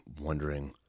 wondering